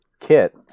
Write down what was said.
Kit